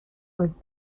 was